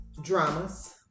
Dramas